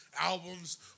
albums